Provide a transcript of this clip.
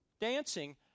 dancing